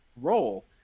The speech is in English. role